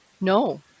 No